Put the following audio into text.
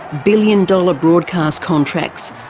billion-dollar broadcast contracts,